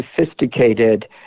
sophisticated